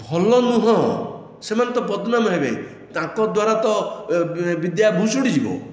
ଭଲ ନୁହଁ ସେମାନେ ତ ବଦନାମ ହେବେ ତାଙ୍କ ଦ୍ୱାରା ତ ବିଦ୍ୟା ଭୁଶୁଡ଼ି ଯିବ